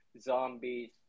zombies